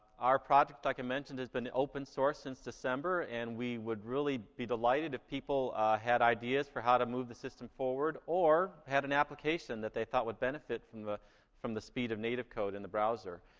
our project, like i mentioned, has been open source since december, and we would really be delighted if people had ideas for how to move the system forward or had an application that they thought would benefit from the from the speed of native code in the browser.